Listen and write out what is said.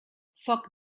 foc